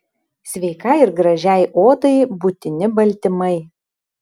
sveikai ir gražiai odai būtini baltymai